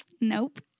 Nope